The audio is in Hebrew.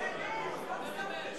לא, הוא אומר אמת.